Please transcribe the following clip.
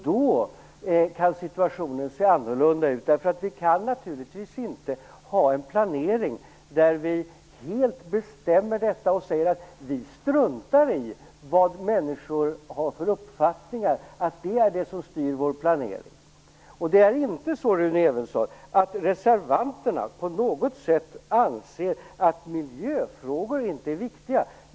Då kan situationen se annorlunda ut. Vi kan naturligtvis inte ha en planering där vi helt bestämmer detta. Vi kan inte säga: Vi struntar i vad människor har för uppfattningar och låter inte det styra vår planering. Reservanterna anser inte på något sätt att miljöfrågor inte är viktiga.